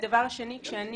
כשאני